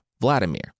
Vladimir